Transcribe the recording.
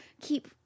keep